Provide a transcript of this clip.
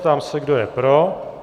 Ptám se, kdo je pro.